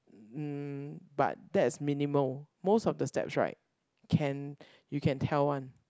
mm but that's minimal most of the steps right can you can tell one